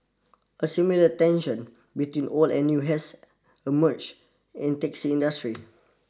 a similar tension between old and new has emerged in taxi industry